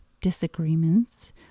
disagreements